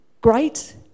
great